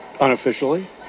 unofficially